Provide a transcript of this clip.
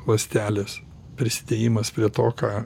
ląstelės prisidėjimas prie to ką